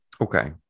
Okay